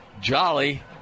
Jolly